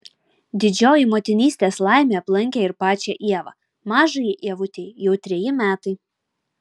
didžioji motinystės laimė aplankė ir pačią ievą mažajai ievutei jau treji metai